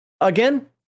again